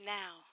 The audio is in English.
now